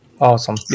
Awesome